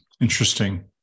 Interesting